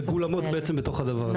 מגולמות בעצם בתוך הדבר הזה.